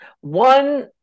one